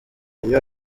iyo